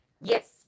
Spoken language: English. Yes